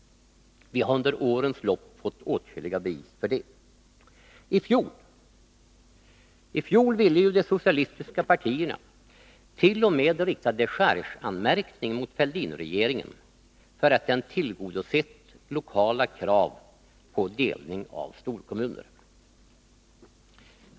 Vi har under årens lopp fått åtskilliga bevis på detta. I fjol ville ju de socialistiska partierna t.o.m. rikta dechargeanmärkning mot Fälldinregeringen för att den tillgodosett lokala krav på delning av storkommuner.